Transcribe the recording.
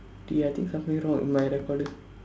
dey I think something wrong with my recorder